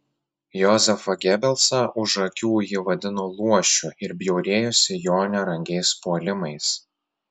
jozefą gebelsą už akių ji vadino luošiu ir bjaurėjosi jo nerangiais puolimais